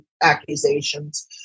accusations